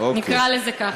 נקרא לזה ככה.